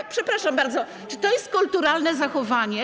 Ale, przepraszam bardzo, czy to jest kulturalne zachowanie?